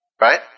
Right